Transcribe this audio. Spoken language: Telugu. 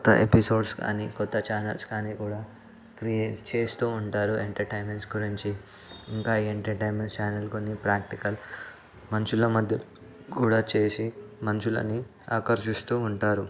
క్రొత్త ఎపిసోడ్స్ కానీ క్రొత్త ఛానల్స్ కానీ కూడా క్రియేట్ చేస్తూ ఉంటారు ఎంటర్టైన్మెంట్స్ గురించి ఇంకా ఎంటర్టైన్మెంట్ ఛానల్స్ కొన్ని ప్రాక్టికల్ మనుషులలో మధ్య కూడా చేసి మనుషులని ఆకర్షిస్తూ ఉంటారు